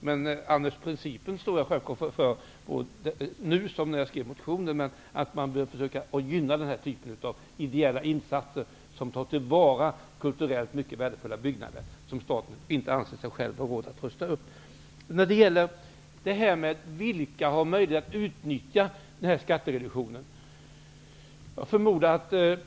Men principen står jag för, nu som när jag skrev motionen. Det är klart att man bör försöka gynna ideella insatser som tar till vara kulturellt mycket värdefulla byggnader som staten inte anser sig själv ha råd att rusta upp. Vilka är det då som har möjlighet att utnyttja skattereduktionen?